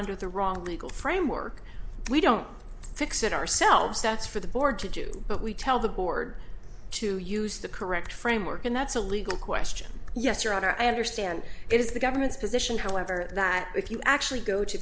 under the wrong legal framework we don't fix it ourselves that's for the board to do but we tell the board to use the correct framework and that's a legal question yes your honor i understand it is the government's position however that if you actually go to